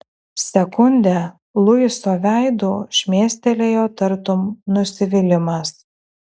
sekundę luiso veidu šmėstelėjo tartum nusivylimas